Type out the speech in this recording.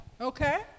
Okay